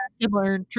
similar